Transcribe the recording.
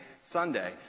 Sunday